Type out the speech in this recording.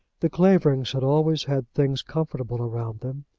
the claverings had always had things comfortable around them.